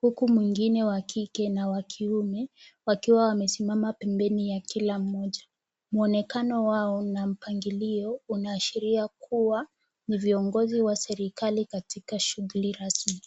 huku mwingine wa kike na wa kiume wakiwa wamesimama pembeni ya kila mmoja. Mwonekano wao na mpangilio unaashiria kuwa ni viongozi wa serikali katika shughuli rasmi.